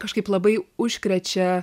kažkaip labai užkrečia